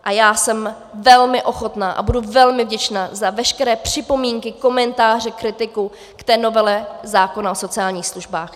A já jsem velmi ochotna a budu velmi vděčna za veškeré připomínky, komentáře, kritiku k té novele zákona o sociálních službách.